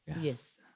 Yes